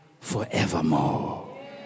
forevermore